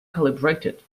calibrated